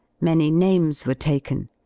many names were taken.